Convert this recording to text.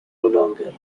longer